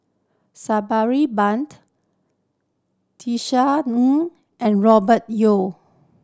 Sabri Buang Tisa Ng and Robert Yeo